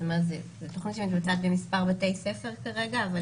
זו תוכנית שמתבצעת במספר בתי ספר כרגע.